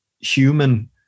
human